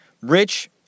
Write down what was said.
Rich